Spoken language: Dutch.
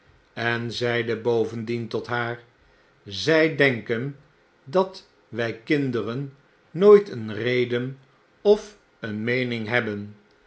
en zeide bovendien tot haar zij denken dat wy kinderen nooit een reden of een meening hebben